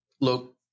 Look